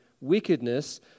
wickedness